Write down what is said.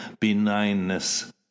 benignness